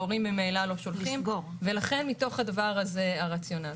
ההורים ממילא לא שולחים ולכן מתוך הדבר הזה הרציונל.